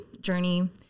journey